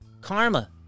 Karma